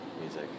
music